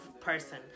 person